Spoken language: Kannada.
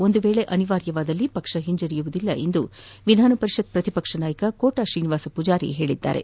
ಒಂದು ವೇಳೆ ಅನಿವಾರ್ಯವಾದರೆ ಪಕ್ಷ ಹಿಂಜರಿಯುವುದಿಲ್ಲ ಎಂದು ವಿಧಾನಪರಿಷತ್ ಪ್ರತಿಪಕ್ಷ ನಾಯಕ ಕೋಟಾ ಶ್ರೀನಿವಾಸ್ ಪೂಜಾರಿ ಹೇಳಿದ್ದಾರೆ